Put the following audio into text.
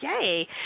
Yay